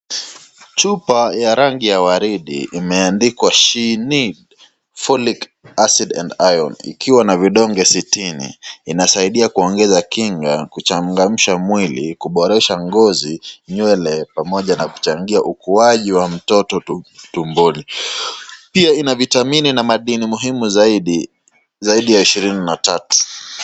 Chupa ya rangi ya waridi imeandikwa she need folic and iron ikiwa na vidonge sitini, inasaidia kuongeza kinga kuchangamsha mwili kuboresha ngozi, nywele pamoja na kuchangia ukuaji wa mtoto tumboni, pia ina vitamini na madini muhumu zaidi ya ishirini na tatu.